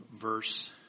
verse